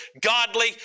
godly